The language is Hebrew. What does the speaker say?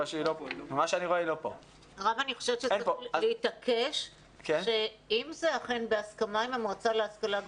אני חושבת שצריך להתעקש שאם זה בהסכמה עם המל"ג,